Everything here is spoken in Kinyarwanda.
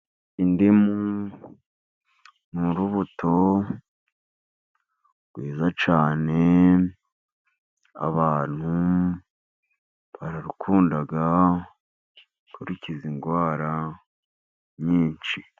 Indimu ni urubuto rwiza cyane. Abantu bararukunda, kuko rukiza indwara nyinshi.